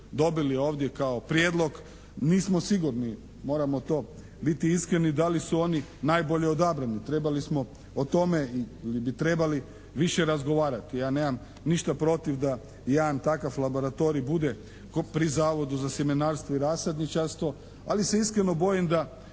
dobili ovdje kao prijedlog. Nismo sigurni, moramo to biti iskreni da li su oni najbolje odabrani. Trebali smo o tome ili bi trebali više razgovarati. Ja nemam ništa protiv da jedan takav laboratorij bude pri Zavodu za sjemenarstvo i rasadničarstvo ali se iskreno bojim da